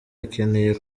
akeneye